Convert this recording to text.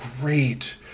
great